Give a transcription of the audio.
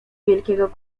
wielkiego